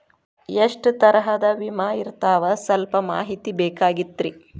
ಎಷ್ಟ ತರಹದ ವಿಮಾ ಇರ್ತಾವ ಸಲ್ಪ ಮಾಹಿತಿ ಬೇಕಾಗಿತ್ರಿ